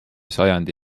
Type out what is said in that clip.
sajandi